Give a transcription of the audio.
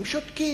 הם שותקים.